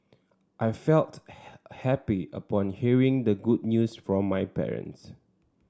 I felt happy upon hearing the good news from my parents